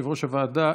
יושב-ראש הוועדה,